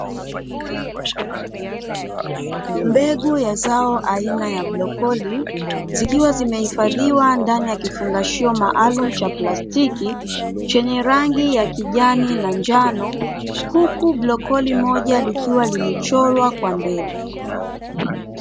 Mbegu ya zao aina ya brokoli zikiwa zimehifadhiwa ndani ya kifungashio maalumu cha plastiki chenye rangi ya kijani na njano, huku brokoli moja ikiwa imechorwa kwa mbele.